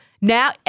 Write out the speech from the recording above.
now